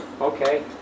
Okay